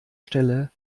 stelle